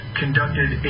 conducted